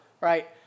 right